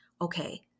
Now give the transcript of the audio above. okay